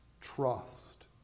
trust